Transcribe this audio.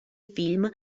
film